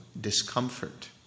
discomfort